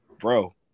bro